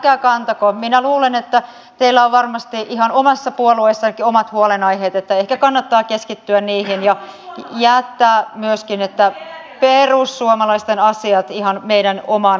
älkää kantako minä luulen että teillä on varmasti ihan omassa puolueessannekin omat huolenaiheet ehkä kannattaa keskittyä niihin ja jättää myöskin perussuomalaisten asiat ihan meidän omaan harkintaamme